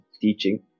teaching